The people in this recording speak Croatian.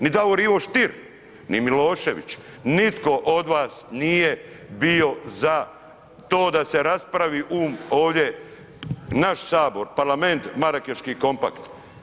Ni Davor Ivo Stier, ni Milošević nitko od vas nije bio za to da se raspravi ovdje naš Sabor, Parlament Marakeški kompakt.